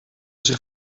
zich